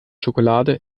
schokolade